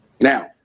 now